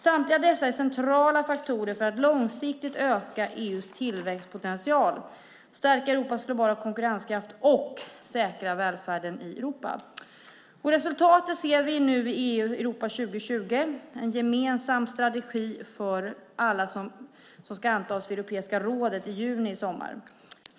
Samtliga dessa är centrala faktorer för att långsiktigt öka EU:s tillväxtpotential, stärka Europas globala konkurrenskraft och säkra välfärden i Europa. Resultatet ser vi nu i Europa 2020, en gemensam strategi som ska antas vid Europeiska rådet i juni i sommar.